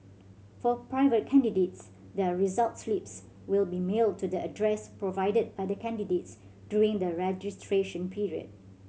for private candidates their result slips will be mailed to the address provided by the candidates during the registration period